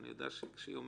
אני יודעת שכשהיא אומרת,